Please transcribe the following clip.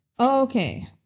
Okay